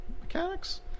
mechanics